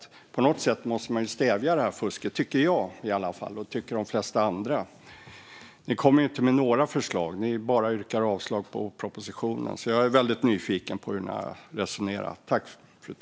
På något sätt måste man stävja detta fusk, tycker jag och de flesta andra i alla fall. Ni kommer inte med några förslag. Ni yrkar bara avslag på propositionen. Jag är därför väldigt nyfiken på hur ni har resonerat.